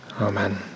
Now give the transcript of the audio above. amen